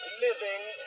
living